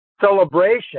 celebration